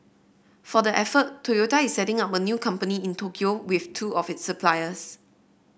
for the effort Toyota is setting up a new company in Tokyo with two of its suppliers